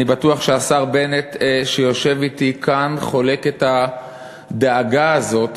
אני בטוח שהשר בנט שיושב אתי כאן חולק את הדאגה הזאת